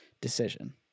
decision